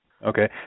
Okay